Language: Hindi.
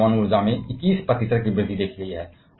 जबकि परमाणु ऊर्जा में 21 प्रतिशत की वृद्धि देखी गई है